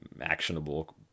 actionable